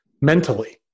mentally